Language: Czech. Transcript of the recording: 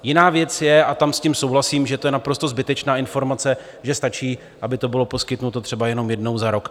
Jiná věc je, a tam s tím souhlasím, že je to naprosto zbytečná informace, že stačí, aby to bylo poskytnuto třeba jenom jednou za rok.